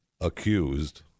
accused